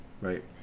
Right